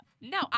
No